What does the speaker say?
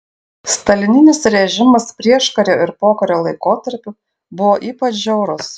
stalininis režimas prieškario ir pokario laikotarpiu buvo ypač žiaurus